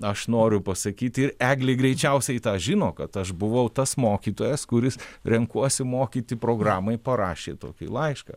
aš noriu pasakyti ir eglė greičiausiai tą žino kad aš buvau tas mokytojas kuris renkuosi mokyti programai parašė tokį laišką